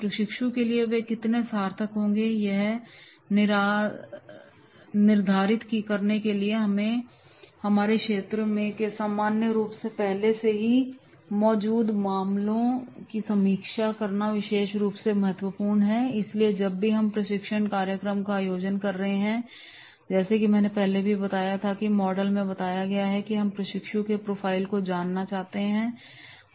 प्रशिक्षु के लिए वे कितने सार्थक होंगे यह निर्धारित करने के लिए हमारे क्षेत्र के सामान्य रूप से पहले से मौजूद मामलों की समीक्षा करना विशेष रूप से महत्वपूर्ण है इसलिए जब भी हम प्रशिक्षण कार्यक्रम का आयोजन कर रहे हैं जैसा कि मैंने पहले के मॉडल में बताया है हमें प्रशिक्षु के प्रोफाइल को जानना चाहिए